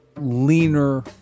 leaner